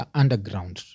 underground